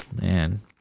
man